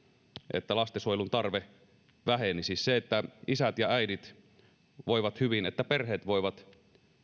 että lastensuojelun tarve vähenisi siihen että isät ja äidit voivat hyvin että perheet voivat